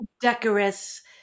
decorous